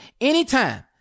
anytime